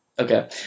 okay